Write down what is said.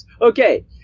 Okay